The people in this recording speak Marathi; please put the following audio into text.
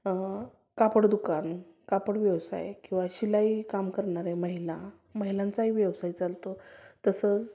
कापड दुकान कापड व्यवसाय किंवा शिलाईकाम करणारे महिला महिलांचाही व्यवसाय चालतो तसंच